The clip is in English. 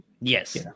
Yes